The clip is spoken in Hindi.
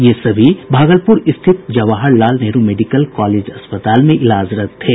ये सभी मरीज भागलपुर स्थित जवाहर लाल नेहरू मेडिकल कॉलेज अस्पताल में इलाजरत थे